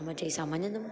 जलाराम चयईसि हा मञंदमि